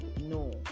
no